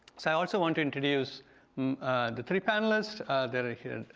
so i also want to introduce the three panelists that are here